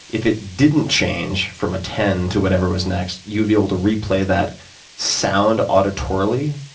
if it didn't change from a ten to whatever was next, you'd be able to replay that sound auditory,